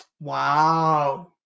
Wow